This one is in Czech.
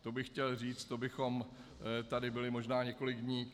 To bych chtěl říct, to bychom tady byli možná několik dní.